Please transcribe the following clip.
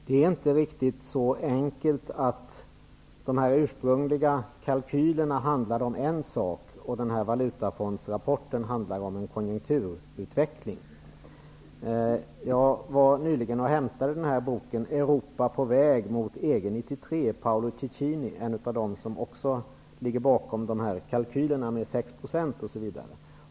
Herr talman! Det är inte riktigt så enkelt som att de ursprungliga kalkylerna handlade om en sak och att valutafondsrapporten handlade om en konjunkturutveckling. Jag var nyligen och hämtade boken Europa på väg -- på väg mot EG 93, skriven av Paulo Cecchini. Han är en av dem som också ligger bakom kalkylerna med de sex procenten.